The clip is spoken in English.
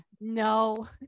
No